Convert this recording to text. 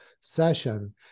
session